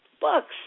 books